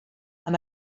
amb